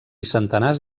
centenars